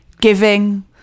giving